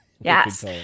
Yes